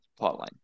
plotline